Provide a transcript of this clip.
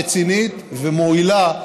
רצינית ומועילה,